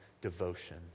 devotion